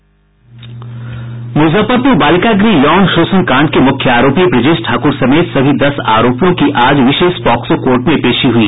मुजफ्फरपुर बालिका गृह यौन शोषण कांड के मुख्य आरोपी ब्रजेश ठाकुर समेत सभी दस आरोपियों की आज विशेष पॉक्सो कोर्ट में पेशी हुई